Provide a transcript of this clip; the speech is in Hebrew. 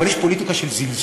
אבל יש פוליטיקה של זלזול.